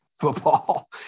football